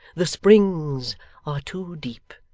the springs are too deep.